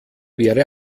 wäre